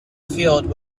field